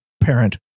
parent